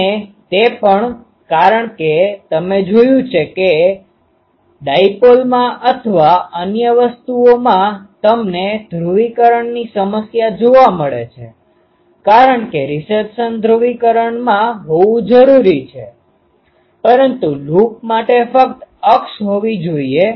અને તે પણ કારણ કે તમે જોયું છે કે ડાઈપોલ માં અથવા અન્ય વસ્તુઓમાં તમને ધ્રુવીકરણની સમસ્યા જોવા મલે છે કારણ કે રિસેપ્શન ધ્રુવીકરણમાં હોવું જરૂરી છે પરંતુ લૂપ માટે ફક્ત અક્ષ હોવી જોઈએ